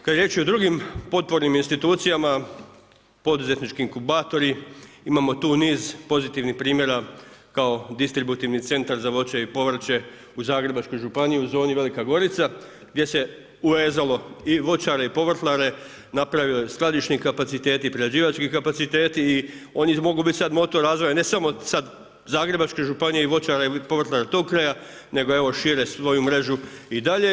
Kada je riječ o drugim potpornim institucijama, poduzetnički inkubatori, imamo tu niz pozitivnih primjera kao Distributivni centar za voće i povrće u Zagrebačkoj županiji u zoni Velika Gorica gdje se uvezalo i voćare i povrtlare, napravili skladišni kapaciteti, prerađivački kapaciteti i oni mogu biti sada motor razvoja ne samo sada Zagrebačke županije i voćara i povrtlara tog kraja nego evo šire svoju mrežu i dalje.